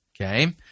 okay